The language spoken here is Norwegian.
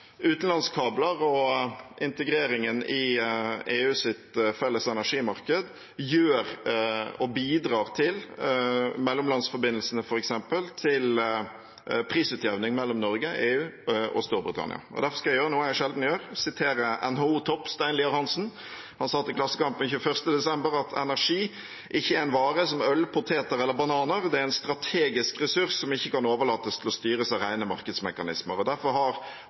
utenlandskabler og integreringen i EUs felles energimarked, f.eks. mellomlandsforbindelsene, bidrar til prisutjevning mellom Norge, EU og Storbritannia. Derfor skal jeg gjøre noe jeg sjelden gjør, sitere NHO-topp Stein Lier-Hansen. Han sa til Klassekampen 22. desember: «Energi er ikke en vare som øl, poteter eller bananer. Det er en strategisk ressurs som ikke kan overlates til å styres av reine markedsmekanismer.» Derfor har